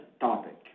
topic